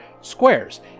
squares